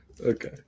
Okay